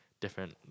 different